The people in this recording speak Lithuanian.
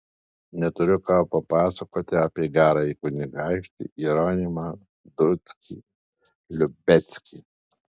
neturiu ką papasakoti apie gerąjį kunigaikštį jeronimą druckį liubeckį